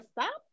stop